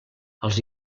els